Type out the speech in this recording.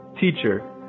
teacher